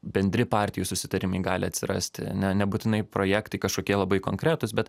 bendri partijų susitarimai gali atsirasti ne nebūtinai projektai kažkokie labai konkretūs bet